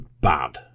bad